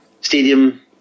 stadium